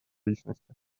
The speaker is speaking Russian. личности